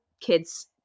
kid's